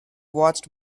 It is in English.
watched